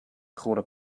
quarter